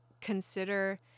consider